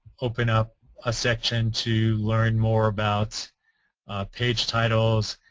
open up a section to learn more about page titles,